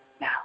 now